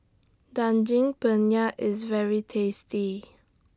Daging Penyet IS very tasty